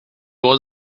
was